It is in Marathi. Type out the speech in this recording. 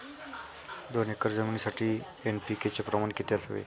दोन एकर जमीनीसाठी एन.पी.के चे प्रमाण किती असावे?